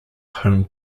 home